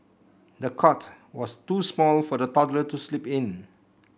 the cot was too small for the toddler to sleep in